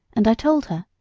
and i told her.